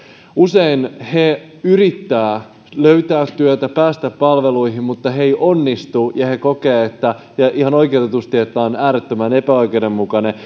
usein he yrittävät löytää työtä päästä palveluihin mutta he eivät onnistu ja he kokevat ihan oikeutetusti että tämä on äärettömän epäoikeudenmukainen